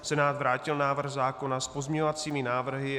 Senát vrátil návrh zákona s pozměňovacími návrhy.